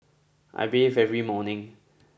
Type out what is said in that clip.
I bathe every morning